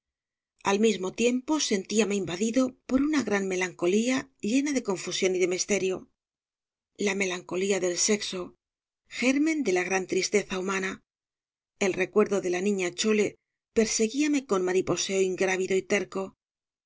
al mismo tiempo sentíame invadido por una gran melancolía llena de confusión y de misterio la melancolía del sexo germen de la jobras devalle inclan gran tristeza humana el recuerdo de la niña chole perseguíame con mariposeo ingrávido y terco